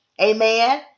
Amen